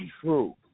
true